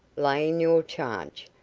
lay in your charge.